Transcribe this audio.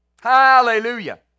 Hallelujah